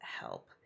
help